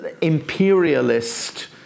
imperialist